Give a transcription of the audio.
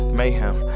mayhem